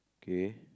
K